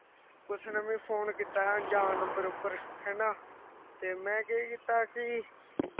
कुसै ने मिगी फोन कीता ऐ अनजान नम्बर उप्पर हैना ते मै केह् कीता कि